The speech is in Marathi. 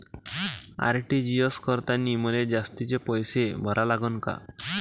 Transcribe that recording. आर.टी.जी.एस करतांनी मले जास्तीचे पैसे भरा लागन का?